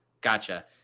Gotcha